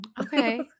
okay